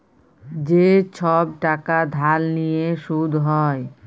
যে ছব টাকা ধার লিঁয়ে সুদ হ্যয়